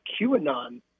QAnon